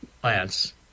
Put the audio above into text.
plants